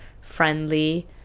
friendly